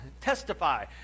testify